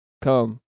come